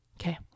Okay